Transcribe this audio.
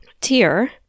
tier